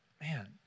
man